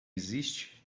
existe